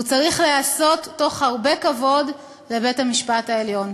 והוא צריך להיעשות תוך כבוד רב לבית-המשפט העליון.